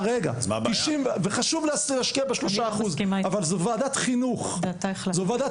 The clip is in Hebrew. וחשוב להשקיע ב-3% אבל זאת ועדת חינוך.